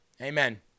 Amen